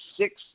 Six